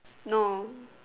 no